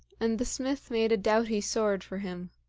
and the smith made a doughty sword for him.